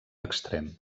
extrem